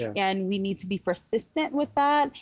and we need to be persistent with that,